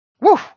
Woo